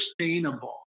sustainable